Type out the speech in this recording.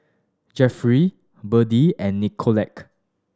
Jefferey Beadie and Nicolette